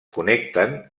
connecten